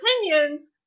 opinions